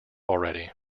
already